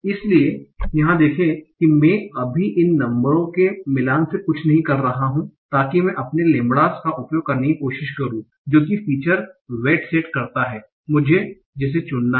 इसलिए यहां देखें कि मैं अभी इन नंबरों के मिलान से कुछ नहीं कर रहा हूं ताकि मैं अपने लैम्ब्डास का उपयोग करने की कोशिश करूं जो कि फीचर वेट सेट करता है जिसे मुझे चुनना है